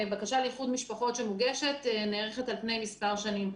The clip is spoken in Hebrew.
בקשה לאיחוד משפחות שמוגשת נערכת על פני מספר שנים.